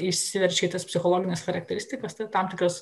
išsiverčia į tas psichologines charakteristikas tai tam tikras